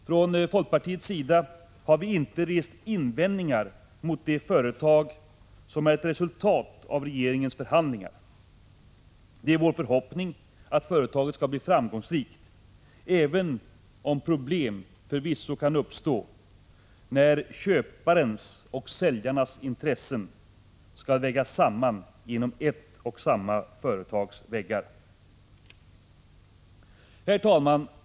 Från folkpartiets sida har vi inte rest invändningar mot detta företag, som är ett resultat av regeringens förhandlingar. Det är vår förhoppning att företaget skall bli framgångsrikt, även om problem förvisso kan uppstå när köpares och säljares intressen skall vägas samman inom ett och samma företags väggar. Fru talman!